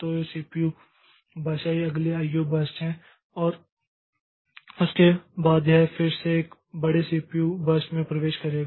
तो यह CPU burst है यह अगले आईओ बर्स्ट है और उसके बाद यह फिर से एक बड़े सीपीयू बर्स्ट में प्रवेश करेगा